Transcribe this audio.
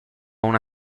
una